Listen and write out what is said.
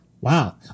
Wow